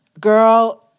Girl